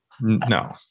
No